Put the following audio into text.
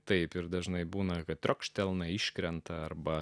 taip ir dažnai būna kad triokštelna iškrenta arba